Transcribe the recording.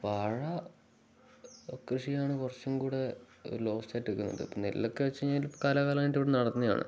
പാഴ കൃഷിയാണ് കൊറച്ചും കൂടെ ലോസ്സ ആായിട്ട് എക്കുന്നത് അപ്പൊ നെല്ലൊക്കെ വെച്ച് കഴിഞ്ഞാല് കലകാലായിട്ട് ഇവിടെ നടന്നയാണ്